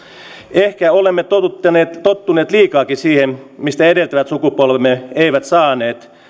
ehkä olemme tottuneet tottuneet liikaakin siihen mistä edeltävät sukupolvemme eivät saaneet